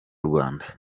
rwanda